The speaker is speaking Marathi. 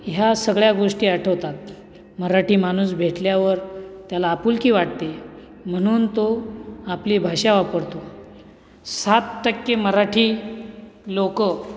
ह्या सगळ्या गोष्टी आठवतात मराठी माणूस भेटल्यावर त्याला आपुलकी वाटते म्हणून तो आपली भाषा वापरतो सात टक्के मराठी लोक